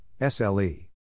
SLE